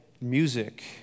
music